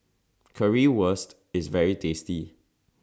Currywurst IS very tasty